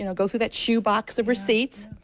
you know go through that shoe box of resoots.